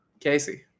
Casey